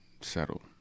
settle